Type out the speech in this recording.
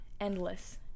endless